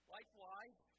Likewise